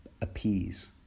appease